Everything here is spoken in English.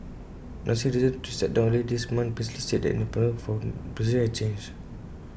announcing her decision to step down earlier this month Mister lee said then that the atmosphere for politicians had changed